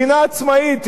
מדינה עצמאית,